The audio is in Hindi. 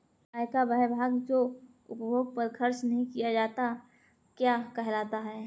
आय का वह भाग जो उपभोग पर खर्च नही किया जाता क्या कहलाता है?